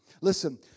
Listen